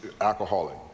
alcoholic